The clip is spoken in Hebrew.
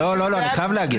לא, לא, אני חייב להגיב.